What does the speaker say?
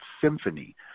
Symphony